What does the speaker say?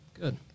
Good